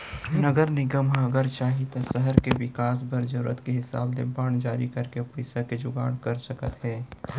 नगर निगम ह अगर चाही तौ सहर के बिकास बर जरूरत के हिसाब ले बांड जारी करके पइसा के जुगाड़ कर सकत हे